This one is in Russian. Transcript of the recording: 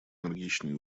энергичные